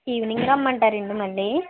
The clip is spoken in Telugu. ఈవెనింగ్ రమ్మంటారా అండి మళ్ళీ